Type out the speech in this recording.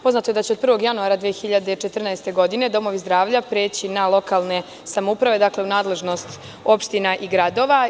Poznato je da će od 1. januara 2014. godine domovi zdravlja preći na lokalne samouprave, dakle, u nadležnost opština i gradova.